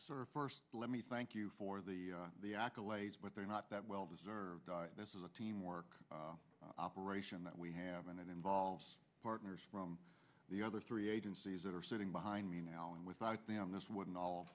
sir first let me thank you for the accolades but they're not that well deserved this is a teamwork operation that we have and it involves partners from the other three agencies that are sitting behind me now and without them this wouldn't all